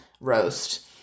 roast